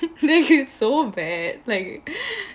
and it's so bad like